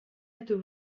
êtes